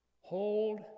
hold